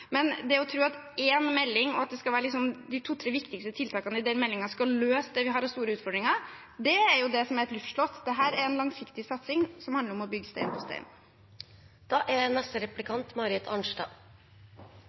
å tro at én melding og de to–tre viktigste tiltakene i den meldingen skal løse det vi har av store utfordringer, er det som er et luftslott. Dette er en langsiktig satsing som handler om å bygge stein på stein. Senterpartiet er